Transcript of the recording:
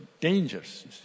dangers